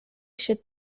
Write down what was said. się